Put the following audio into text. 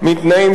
אין לו זמן.